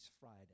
Friday